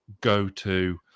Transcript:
go-to